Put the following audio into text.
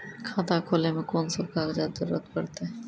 खाता खोलै मे कून सब कागजात जरूरत परतै?